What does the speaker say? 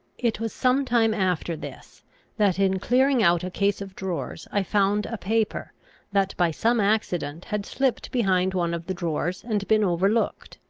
it was some time after this that, in clearing out a case of drawers, i found a paper that, by some accident, had slipped behind one of the drawers, and been overlooked.